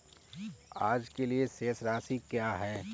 आज के लिए शेष राशि क्या है?